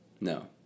No